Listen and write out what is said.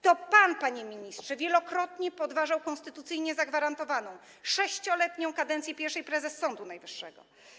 To pan, panie ministrze, wielokrotnie podważał konstytucyjnie zagwarantowaną 6-letnią kadencję pierwszej prezes Sądu Najwyższego.